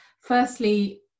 Firstly